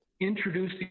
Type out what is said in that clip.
introduce